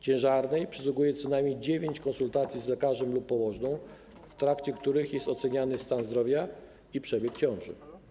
Ciężarnej przysługuje co najmniej dziewięć konsultacji z lekarzem lub położną, w trakcie których jest oceniany stan zdrowia i przebieg ciąży.